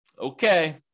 Okay